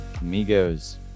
amigos